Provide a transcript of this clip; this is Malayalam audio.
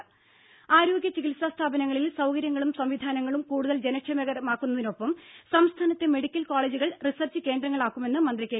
ദ്ദേ ആരോഗ്യ ചികിത്സാ സ്ഥാപനങ്ങളിൽ സൌകര്യങ്ങളും സംവിധാനങ്ങളും കൂടുതൽ ജനക്ഷേമകരമാക്കുന്നതിനൊപ്പം സംസ്ഥാനത്തെ മെഡിക്കൽ കോളജുകൾ റിസർച്ച് കേന്ദ്രങ്ങളാക്കുമെന്ന് മന്ത്രി കെ